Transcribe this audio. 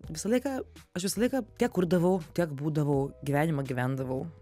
visą laiką aš visą laiką tiek kurdavau tiek būdavau gyvenimą gyvendavau